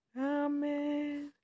Amen